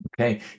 Okay